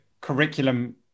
curriculum